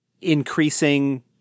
increasing